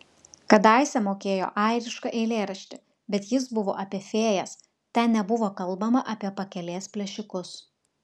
kadaise mokėjo airišką eilėraštį bet jis buvo apie fėjas ten nebuvo kalbama apie pakelės plėšikus